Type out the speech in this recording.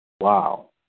Wow